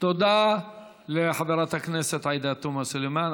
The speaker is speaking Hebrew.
תודה לחברת הכנסת עאידה תומא סלימאן.